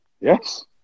Yes